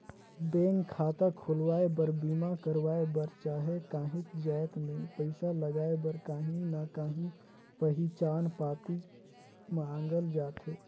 bank खाता खोलवाए बर, बीमा करवाए बर चहे काहींच जाएत में पइसा लगाए बर काहीं ना काहीं पहिचान पाती मांगल जाथे